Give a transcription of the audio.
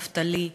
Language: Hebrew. נפתלי,